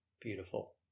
beautiful